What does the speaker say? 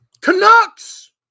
Canucks